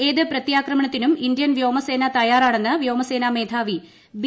ഏത് പ്രത്യാക്രമണത്തിനും ഇന്ത്യൻ കൂടിവ്യോമസേന തയ്യാറാണെന്ന് വ്യോമസേന മേധാവി ബി